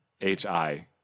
H-I